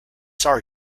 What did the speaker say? sorry